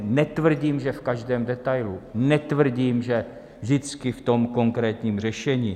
Netvrdím, že v každém detailu, netvrdím, že vždycky v konkrétním řešení.